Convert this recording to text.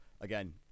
Again